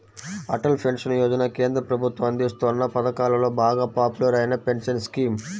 Atal pension Yojana కేంద్ర ప్రభుత్వం అందిస్తోన్న పథకాలలో బాగా పాపులర్ అయిన పెన్షన్ స్కీమ్